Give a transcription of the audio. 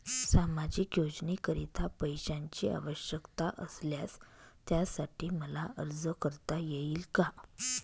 सामाजिक योजनेकरीता पैशांची आवश्यकता असल्यास त्यासाठी मला अर्ज करता येईल का?